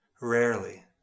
Rarely